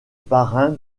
parrain